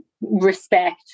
respect